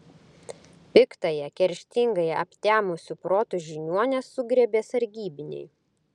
piktąją kerštingąją aptemusiu protu žiniuonę sugriebė sargybiniai